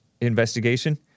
investigation